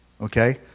okay